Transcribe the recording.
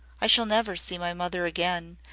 i shall never see my mother again,